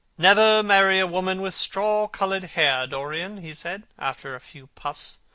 never marry a woman with straw-coloured hair, dorian, he said after a few puffs.